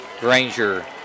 Granger